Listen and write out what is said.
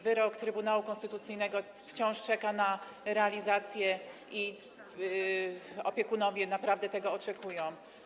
Wyrok Trybunału Konstytucyjnego wciąż czeka na realizację i opiekunowie naprawdę tego oczekują.